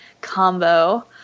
combo